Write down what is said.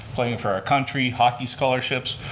playing for our country, hockey scholarships,